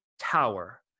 tower